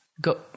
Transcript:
go